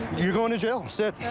you're going to jail. sit.